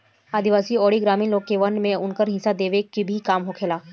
आदिवासी अउरी ग्रामीण लोग के वन में उनकर हिस्सा देवे के भी काम होखेला